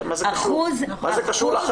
מה זה קשור?